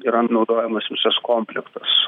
yra naudojamas visas komplektas